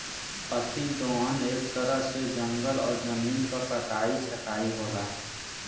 अति दोहन एक तरह से जंगल और जमीन क कटाई छटाई होला